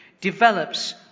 develops